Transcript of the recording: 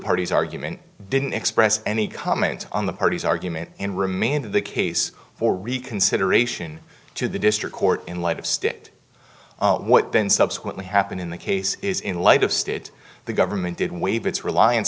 parties argument didn't express any comment on the parties argument and remain the case for reconsideration to the district court in light of state what then subsequently happened in the case is in light of state the government did waive its reliance